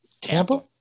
Tampa